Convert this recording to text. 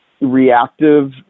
reactive